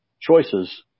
choices